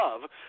love